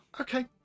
Okay